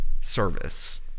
service